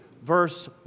verse